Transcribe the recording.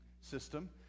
system